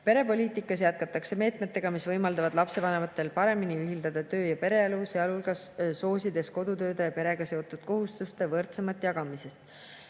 Perepoliitikas jätkatakse meetmetega, mis võimaldavad lapsevanematel paremini ühildada töö- ja pereelu, sealhulgas soosides kodutööde ja perega seotud kohustuste võrdsemat jagamist.